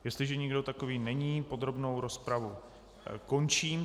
Jestliže nikdo takový není, podrobnou rozpravu končím.